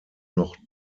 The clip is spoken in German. noch